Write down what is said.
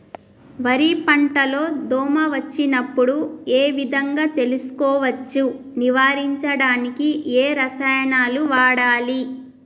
వరి పంట లో దోమ వచ్చినప్పుడు ఏ విధంగా తెలుసుకోవచ్చు? నివారించడానికి ఏ రసాయనాలు వాడాలి?